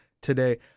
today